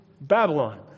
Babylon